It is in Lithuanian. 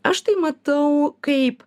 aš tai matau kaip